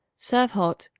serve hot,